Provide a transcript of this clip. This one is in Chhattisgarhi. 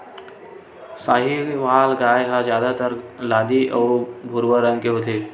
साहीवाल गाय ह जादातर लाली अउ भूरवा रंग के होथे